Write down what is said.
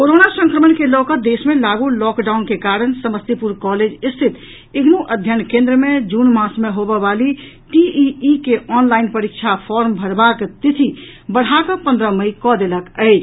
corona संक्रमण के लऽ कऽ देश मे लागू लॉकडाउन के कारण समस्तीपुर कॉलेज स्थित इग्नू अध्ययन केन्द्र मे जून मास मे होबय वाली टीईई के ऑनलाईन परीक्षा फॉर्म भरबाक तिथि बढ़ा कऽ पन्द्रह मई कऽ देल गेल अछि